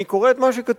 אני קורא את מה שכתוב,